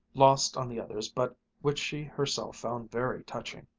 lost on the others but which she herself found very touching.